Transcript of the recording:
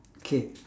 K